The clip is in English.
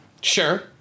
Sure